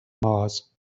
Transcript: mars